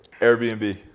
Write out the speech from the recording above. Airbnb